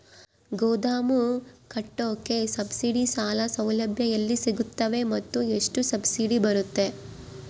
ಗೋದಾಮು ಕಟ್ಟೋಕೆ ಸಬ್ಸಿಡಿ ಸಾಲ ಸೌಲಭ್ಯ ಎಲ್ಲಿ ಸಿಗುತ್ತವೆ ಮತ್ತು ಎಷ್ಟು ಸಬ್ಸಿಡಿ ಬರುತ್ತೆ?